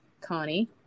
Connie